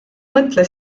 mõtle